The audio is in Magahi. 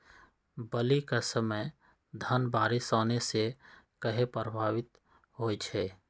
बली क समय धन बारिस आने से कहे पभवित होई छई?